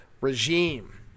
regime